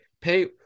pay